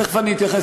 תכף אני אתייחס,